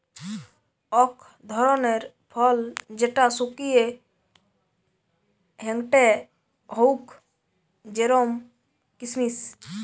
অক ধরণের ফল যেটা শুকিয়ে হেংটেং হউক জেরোম কিসমিস